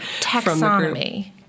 taxonomy